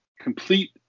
complete